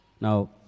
Now